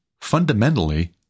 fundamentally